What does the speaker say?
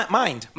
mind